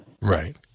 Right